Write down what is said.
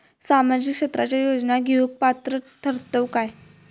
सामाजिक क्षेत्राच्या योजना घेवुक पात्र ठरतव काय?